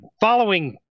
following